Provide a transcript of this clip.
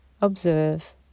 observe